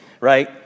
Right